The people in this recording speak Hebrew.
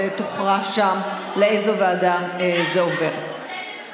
ויוכרע שם לאיזו ועדה זה עובר.